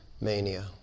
mania